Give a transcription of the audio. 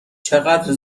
چقدر